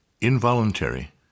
involuntary